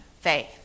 faith